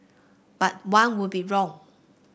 but one would be wrong